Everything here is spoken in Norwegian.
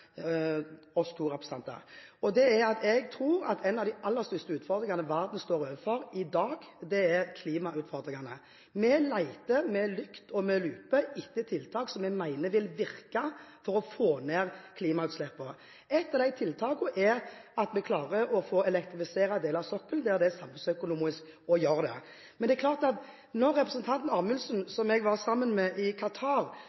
oss to, nemlig at jeg tror at en av de aller største utfordringene verden i dag står overfor, er klimautfordringene. Vi leter med lykt og lupe etter tiltak vi mener vil virke for å få ned klimautslippene. Ett av tiltakene er å elektrifisere deler av sokkelen der det er samfunnsøkonomisk å gjøre det. Jeg var sammen med representanten Amundsen